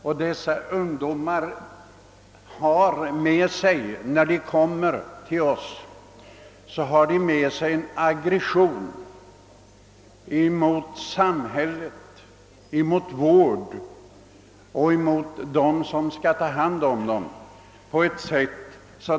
När dessa ungdomar kommer till oss är de aggressiva mot samhället, mot vården och vårdarna.